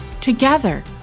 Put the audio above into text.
Together